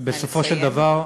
ובסופו של דבר,